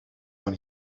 van